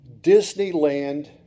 Disneyland